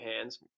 hands